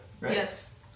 Yes